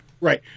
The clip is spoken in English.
Right